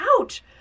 ouch